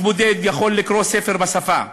ו-1% בודד יכול לקרוא ספר בשפה.